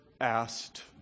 asked